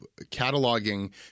cataloging